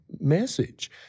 message